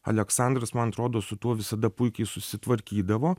aleksandras man atrodo su tuo visada puikiai susitvarkydavo